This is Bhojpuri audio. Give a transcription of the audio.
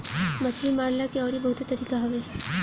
मछरी मारला के अउरी बहुते तरीका हवे